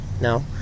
No